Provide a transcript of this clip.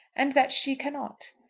and that she cannot.